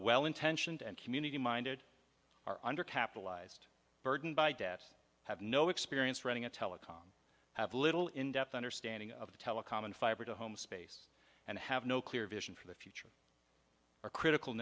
well intentioned and community minded are under capitalized burdened by debt have no experience running a telecom have little in depth understanding of the telecom and fiber to home space and have no clear vision for the future or critical